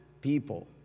people